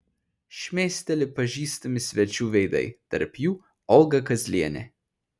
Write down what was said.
šmėsteli pažįstami svečių veidai tarp jų olga kazlienė